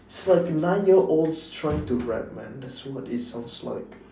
it's like nine year olds trying to rap man that's what it sounds like